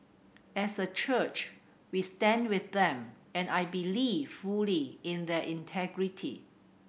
as a church we stand with them and I believe fully in their integrity